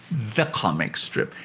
the comic strip.